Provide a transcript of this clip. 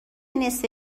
نصفه